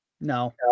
No